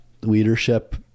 leadership